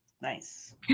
Nice